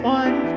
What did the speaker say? one